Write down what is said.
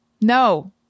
No